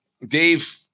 Dave